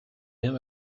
him